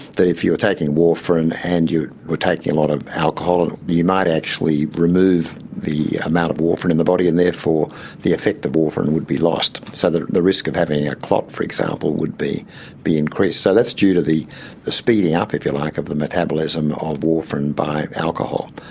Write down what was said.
if you were taking warfarin and you were taking a lot of alcohol, you might actually remove the amount of warfarin in the body and therefore the effect of warfarin would be lost. so the the risk of having a clot, for example, would be be increased. so that's due to the the speeding up, if you like, of the metabolism of warfarin by alcohol.